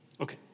Okay